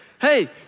Hey